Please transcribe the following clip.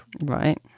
Right